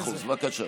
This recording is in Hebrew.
מאה אחוז, בבקשה.